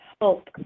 help